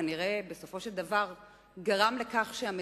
כנראה בסופו של דבר הוא גרם לכך שלאט